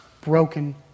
broken